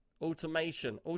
Automation